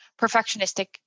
perfectionistic